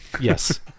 Yes